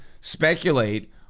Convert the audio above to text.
speculate